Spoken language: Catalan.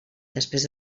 després